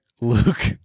Luke